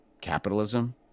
capitalism